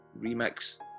remix